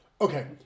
Okay